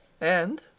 And